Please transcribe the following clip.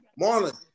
Marlon